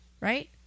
right